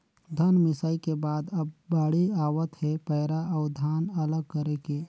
धन मिंसई के बाद अब बाड़ी आवत हे पैरा अउ धान अलग करे के